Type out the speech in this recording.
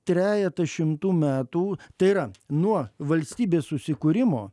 trejetą šimtų metų tai yra nuo valstybės susikūrimo